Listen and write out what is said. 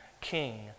King